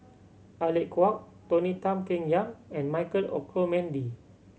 Alec Kuok Tony Tan Keng Yam and Michael Olcomendy